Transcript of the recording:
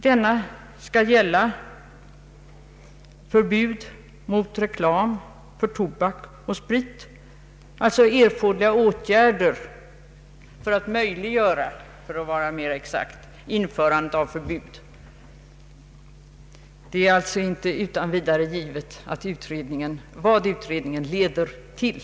Direktiven går ut på att vidta erforderliga åtgärder för att möjliggöra ett införande av förbud mot reklam för sprit och tobak. Det är således inte utan vidare givet vad utredningen leder till.